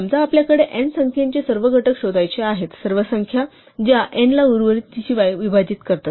समजा आपल्याला n संख्येचे सर्व घटक शोधायचे आहेत सर्व संख्या ज्या n ला उर्वरित शिवाय विभाजित करतात